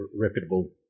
reputable